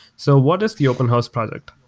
so what is the open house project?